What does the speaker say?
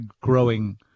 growing